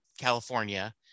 California